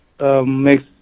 Makes